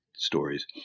stories